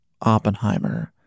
Oppenheimer